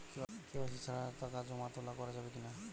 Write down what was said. KYC ছাড়া টাকা জমা তোলা করা যাবে কি না?